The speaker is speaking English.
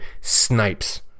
snipes